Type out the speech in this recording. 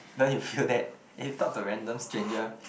don't you feel that if you talk to a random stranger